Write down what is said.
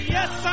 Yes